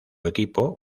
equipo